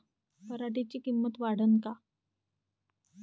पराटीची किंमत वाढन का?